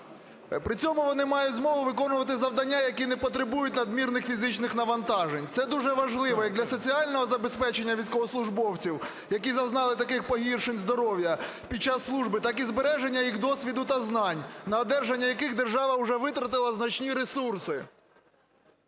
При цьому вони мають змогу виконувати завдання, які не потребують надмірних фізичних навантажень, це дуже важливо, як для соціального забезпечення військовослужбовців, які зазнали таких погіршень здоров'я під час служби, так і збереження їх досвіду та знань, на одержання яких держава вже витратила значні ресурси.